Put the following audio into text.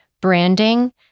branding